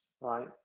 right